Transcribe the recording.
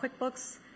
QuickBooks